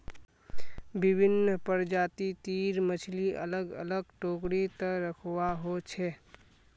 विभिन्न प्रजाति तीर मछली अलग अलग टोकरी त रखवा हो छे